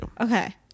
okay